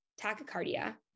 tachycardia